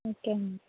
okay అండి